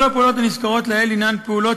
כל הפעולות הנזכרות לעיל הן פעולות